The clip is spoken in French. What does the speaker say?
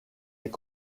est